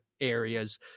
areas